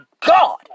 God